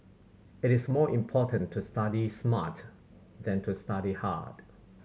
it is more important to study smart than to study hard